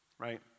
right